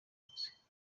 yavutse